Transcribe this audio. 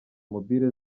mobile